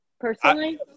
personally